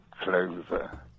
clover